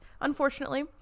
unfortunately